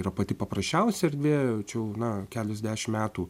yra pati paprasčiausia erdvė čia jau na keliasdešim metų